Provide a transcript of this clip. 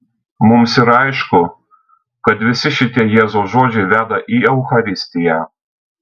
mums yra aišku kad visi šitie jėzaus žodžiai veda į eucharistiją